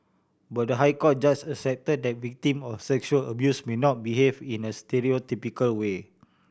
but the High Court judges accepted that victims of sexual abuse may not behave in a stereotypical way